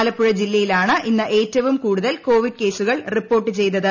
ആലപ്പുഴ ജില്ലയിലാണ് ഇന്ന് ഏറ്റവും കൂടുതൽ കോവിഡ് കേസുകൾ റിപ്പോർട്ട് ചെയ്തത്